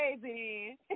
crazy